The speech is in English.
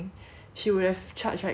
she would have charged right even more